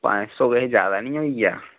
पंज सौ किश जैदा नीं होई आ